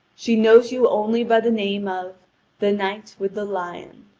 she knows you only by the name of the knight with the lion